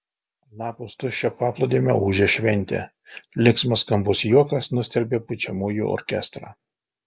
anapus tuščio paplūdimio ūžė šventė linksmas skambus juokas nustelbė pučiamųjų orkestrą